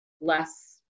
less